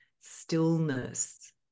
stillness